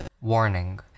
Warning